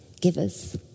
givers